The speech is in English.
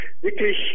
wirklich